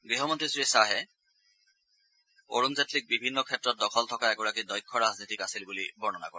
গৃহমন্ত্ৰী শ্ৰীখাহে অৰুণ জেটলীক বিভিন্ন ক্ষেত্ৰত দখল থকা এগৰাকী দক্ষ ৰাজনীতিক আছিল বুলি বৰ্ণনা কৰে